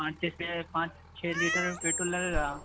पाँच छः से पाँच छः लीटर पेट्रोल लगेगा